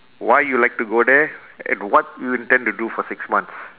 why you like to go there and what you intend to do for six months